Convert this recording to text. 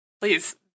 Please